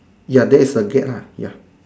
ya there is the gate lah ya